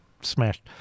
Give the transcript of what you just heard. smashed